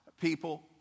people